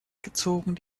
gezogen